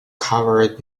covered